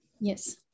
Yes